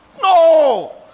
No